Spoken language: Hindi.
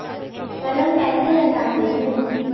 कलम कैसे लगाते हैं?